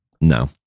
no